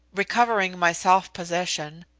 recovering my self-possession,